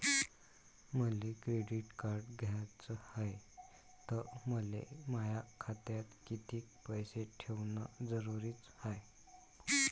मले credit card घ्याचं हाय, त मले माया खात्यात कितीक पैसे ठेवणं जरुरीच हाय?